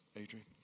Adrian